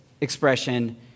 expression